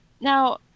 now